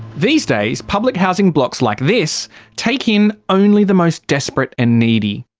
these days public housing blocks like this take in only the most desperate and needy.